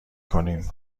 کنیم